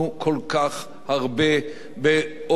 באופן חוזר וחוזר על עצמו,